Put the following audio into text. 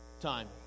time